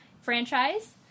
franchise